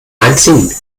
einzigen